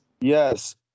Yes